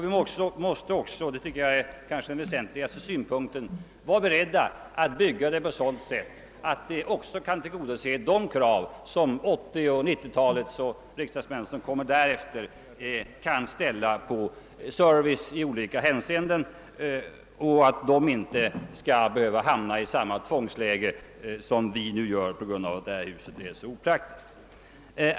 Vi måste också det tycker jag är den väsentligaste synpunkten — vara beredda att bygga det på ett sådant sätt att det även kan tillgodose de krav som 1980-talets och 1990-talets riksdagsmän och riksdagsmän som kommer därefter kan ställa på service i olika hänseenden, så att de inte skall behöva hamna i samma tvångsläge som vi nu befinner oss i på grund av att detta hus är så opraktiskt.